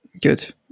good